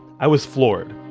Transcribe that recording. i was floored.